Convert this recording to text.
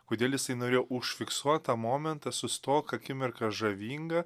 kodėl jisai norėjo užfiksuot tą momentą sustok akimirka žavinga